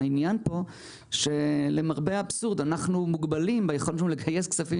העניין פה שלמרבה האבסורד אנחנו מוגבלים ביכולת שלנו לגייס כספים